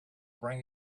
bring